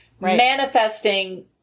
manifesting